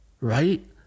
right